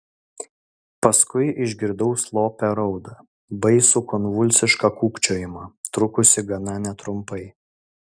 paskui išgirdau slopią raudą baisų konvulsišką kūkčiojimą trukusį gana netrumpai